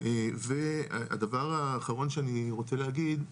והדבר האחרון שאני רוצה להגיד,